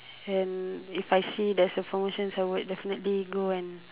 and if I see there's a promotion somewhere I would definitely go and